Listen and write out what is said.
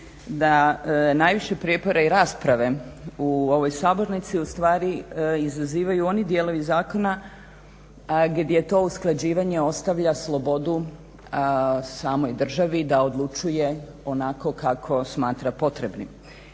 da najviše prijepora i rasprave u ovoj sabornici ustvari izazivaju oni dijelovi zakona gdje to usklađivanje ostavlja slobodu samoj državi da odlučuje onako kako smatra potrebnim.